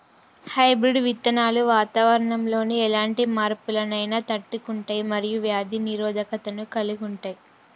hybrid విత్తనాలు వాతావరణంలోని ఎలాంటి మార్పులనైనా తట్టుకుంటయ్ మరియు వ్యాధి నిరోధకతను కలిగుంటయ్